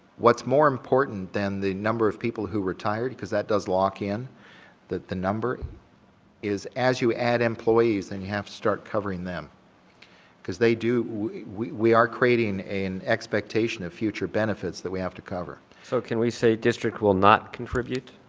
what's more important than the number of people who retired, because that does lock in that the number is as you add employees and you have to start covering them because they do we are creating an expectation of future benefits that we have to cover. so, can we say district will not contribute?